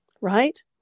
right